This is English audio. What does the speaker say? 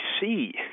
see